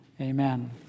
Amen